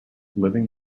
living